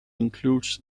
includes